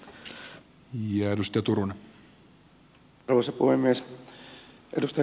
arvoisa puhemies